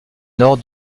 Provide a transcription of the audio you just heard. nord